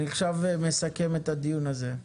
אני מסכם את הדיון הזה.